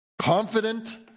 confident